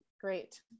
Great